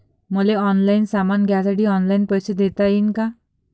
मले ऑनलाईन सामान घ्यासाठी ऑनलाईन पैसे देता येईन का?